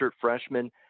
freshman